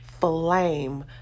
flame